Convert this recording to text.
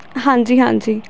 ਹਾਂਜੀ ਹਾਂਜੀ